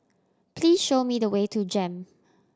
please show me the way to JEM